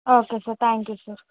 okay sir thank you sir